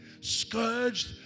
scourged